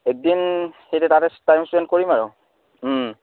একদিন সেই তাতে টাইম স্পেণ্ড কৰিম আৰু